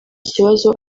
kibazo